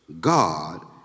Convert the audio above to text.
God